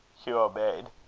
hugh obeyed.